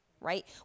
right